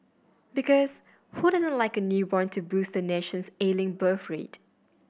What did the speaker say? because who doesn't like a newborn to boost the nation's ailing birth rate